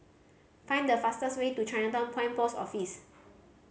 find the fastest way to Chinatown Point Post Office